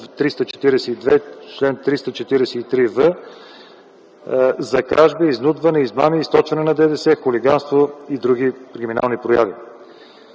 342, чл. 343в за кражби, изнудване, измами, източване на ДДС, хулиганство и други криминални прояви.